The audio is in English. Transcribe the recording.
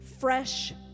fresh